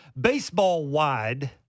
baseball-wide